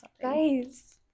guys